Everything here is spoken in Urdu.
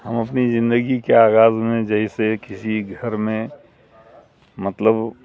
ہم اپنی زندگی کے آغاز میں جیسے کسی گھر میں مطلب